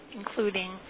including